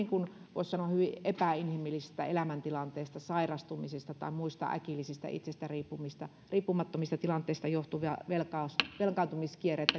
voisi sanoa hyvin epäinhimillisistä elämäntilanteista sairastumisista tai muista äkillisistä itsestä riippumattomista tilanteista johtuvassa velkaantumiskierteessä